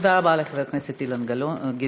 תודה רבה לחבר הכנסת אילן גילאון.